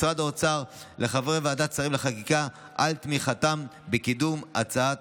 למשרד האוצר ולחברי ועדת שרים לחקיקה על תמיכתם בקידום הצעת